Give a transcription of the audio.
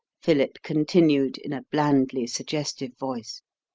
philip continued in a blandly suggestive voice.